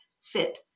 fit